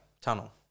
tunnel